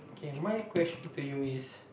okay my question to you is